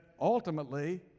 ultimately